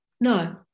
No